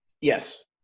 yes